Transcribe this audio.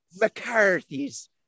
McCarthy's